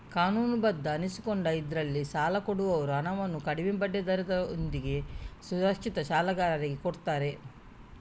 ಕಾನೂನುಬದ್ಧ ಅನಿಸಿಕೊಂಡ ಇದ್ರಲ್ಲಿ ಸಾಲ ಕೊಡುವವರು ಹಣವನ್ನು ಕಡಿಮೆ ಬಡ್ಡಿ ದರಗಳೊಂದಿಗೆ ಸುರಕ್ಷಿತ ಸಾಲಗಾರರಿಗೆ ಕೊಡ್ತಾರೆ